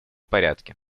порядке